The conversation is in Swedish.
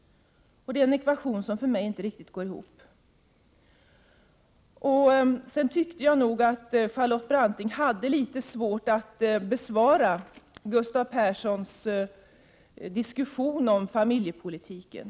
Ekvationen går inte riktigt ihop för mig. Sedan tyckte jag att Charlotte Branting hade litet svårt att bemöta Gustav Perssons resonemang om familjepolitiken.